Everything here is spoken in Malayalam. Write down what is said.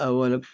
അതുപോലെ